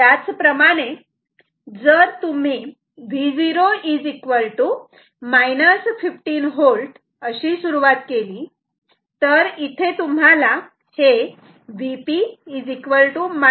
जर तुम्ही Vo 15V अशी सुरुवात केली तर इथे तुम्हाला हे Vp 7